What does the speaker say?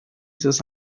sus